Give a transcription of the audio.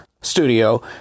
studio